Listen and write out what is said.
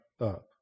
up